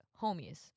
Homies